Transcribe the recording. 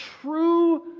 true